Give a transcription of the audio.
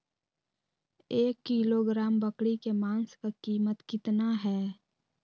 एक किलोग्राम बकरी के मांस का कीमत कितना है?